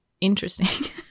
interesting